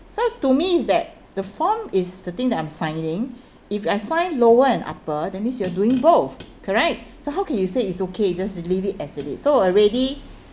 so to me is that the form is the thing that I'm signing if I sign lower and upper that means you're doing both correct so how can you say it's okay just leave it as it is so already